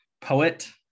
poet